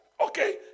Okay